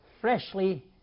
freshly